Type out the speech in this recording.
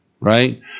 right